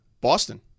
Boston